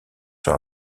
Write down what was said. sur